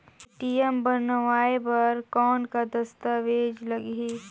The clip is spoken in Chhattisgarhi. ए.टी.एम बनवाय बर कौन का दस्तावेज लगही?